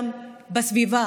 גם בסביבה